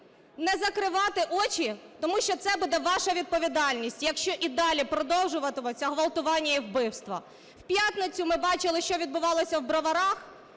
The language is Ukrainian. не закривати очі, тому що це буде ваша відповідальність, якщо і далі продовжуватимуться ґвалтування і вбивства. В п'ятницю ми бачили, що відбувалося в Броварах.